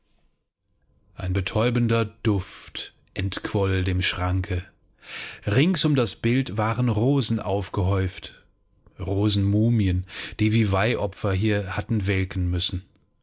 ein betäubender duft entquoll dem schranke rings um das bild waren rosen aufgehäuft rosenmumien die wie weihopfer hier hatten welken müssen